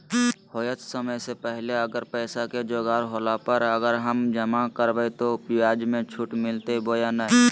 होतय समय से पहले अगर पैसा के जोगाड़ होला पर, अगर हम जमा करबय तो, ब्याज मे छुट मिलते बोया नय?